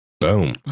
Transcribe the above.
Boom